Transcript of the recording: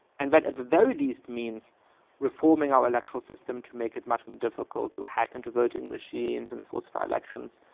and that at the very least means reforming our electoral system to make it much more difficult to hack into voting machines and falsify elections.